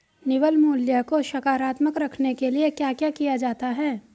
निवल मूल्य को सकारात्मक रखने के लिए क्या क्या किया जाता है?